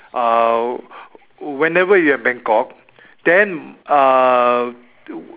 uh whenever we are in Bangkok then uh